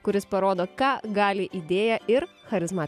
kuris parodo ką gali idėją ir charizma